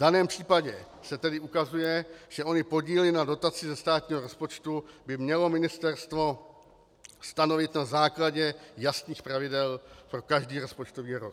V daném případě se tedy ukazuje, že ony podíly na dotaci ze státního rozpočtu by mělo ministerstvo stanovit na základě jasných pravidel pro každý rozpočtový rok.